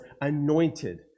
anointed